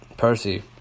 Percy